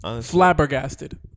Flabbergasted